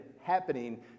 happening